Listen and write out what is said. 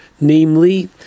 Namely